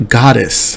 goddess